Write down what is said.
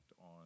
on